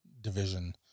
division